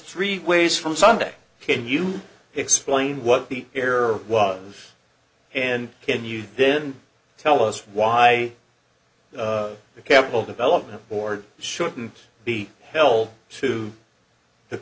three ways from sunday can you explain what the error was and can you then tell us why the capital development board shouldn't be held to